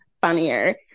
funnier